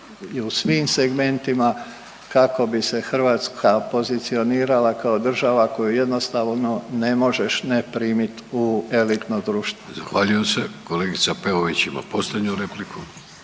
i u svim segmentima kako bi se Hrvatska pozicionirala kao država koju jednostavno ne možeš ne primit u elitno društvo. **Vidović, Davorko (Socijaldemokrati)** Zahvaljujem se. Kolegica Peović ima posljednju repliku.